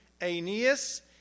Aeneas